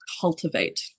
cultivate